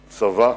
צבא.